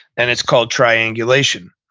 and it's called triangulation.